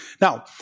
now